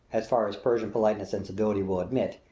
as far as persian politeness and civility will admit,